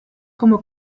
como